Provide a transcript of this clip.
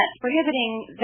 prohibiting